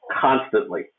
Constantly